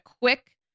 quick